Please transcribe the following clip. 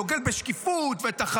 כשעולה שר התקשורת, שדוגל בשקיפות ותחרות,